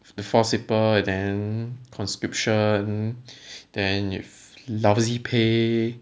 to force people and then conscription then you lousy pay